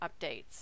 updates